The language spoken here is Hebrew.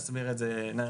אני אסביר את זה אחרי